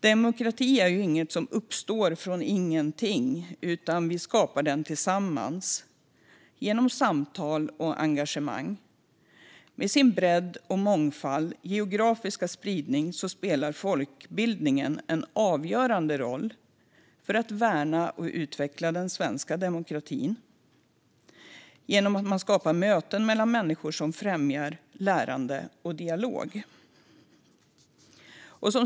Demokrati är inte något som uppstår från ingenting, utan den skapar vi tillsammans genom samtal och engagemang. Med sin bredd, mångfald och geografiska spridning spelar folkbildningen en avgörande roll för att värna och utveckla den svenska demokratin genom att man skapar möten mellan människor och främjar lärande och dialog.